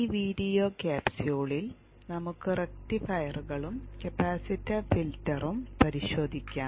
ഈ വീഡിയോ ക്യാപ്സ്യൂളിൽ നമുക്ക് റക്റ്റിഫയറുകളും കപ്പാസിറ്റർ ഫിൽട്ടറും പരിശോധിക്കാം